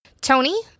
Tony